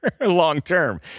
long-term